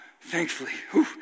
thankfully